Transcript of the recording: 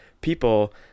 people